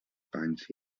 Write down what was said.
panys